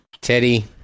Teddy